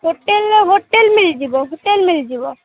hotel hotel ମିଳିଯିବ hotel ମିଳିଯିବ